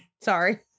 Sorry